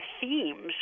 themes